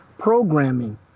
programming